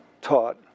taught